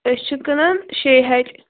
أسۍ چھ کٕنان شیٚیہِ ہَتہِ